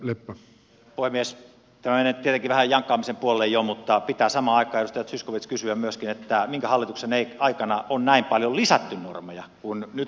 tämä menee nyt tietenkin vähän jankkaamisen puolelle jo mutta pitää samaan aikaan edustaja zyskowicz kysyä myöskin minkä hallituksen aikana on näin paljon lisätty normeja kuin nyt on tapahtunut